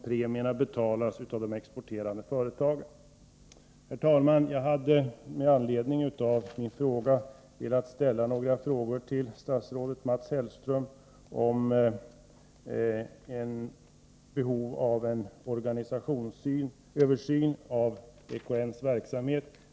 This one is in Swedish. Premierna betalas nämligen av de exporterande företagen. Herr talman! Jag hade i anslutning till den här debatten velat ställa några frågor till Mats Hellström om behovet av en organisationsöversyn när det gäller EKN:s verksamhet.